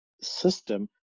system